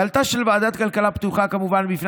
דלתה של ועדת הכלכלה פתוחה כמובן בפני